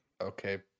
Okay